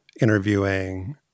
interviewing